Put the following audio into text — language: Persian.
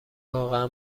واقعا